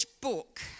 book